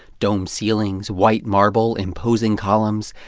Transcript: domed ceilings. white marble. imposing columns.